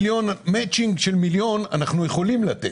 מאצ'ינג של מיליון שקל אנחנו יכולים לתת.